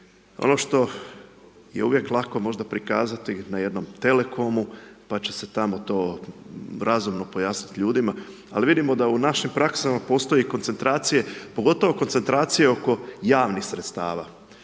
Ono što je uvijek lako možda prikazati na jednom telekomu, pa će se onda tamo to razumno pojasniti ljudima. Ali vidimo da u našim praksama postoji koncentracije, pogotovo koncentracije oko javnih sredstava,